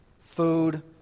food